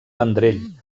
vendrell